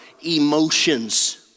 emotions